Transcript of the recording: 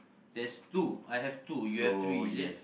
there's two I have two you have three is it